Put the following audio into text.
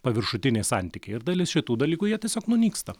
paviršutiniai santykiai ir dalis šitų dalykų jie tiesiog nunyksta